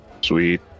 Sweet